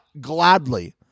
gladly